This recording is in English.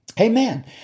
Amen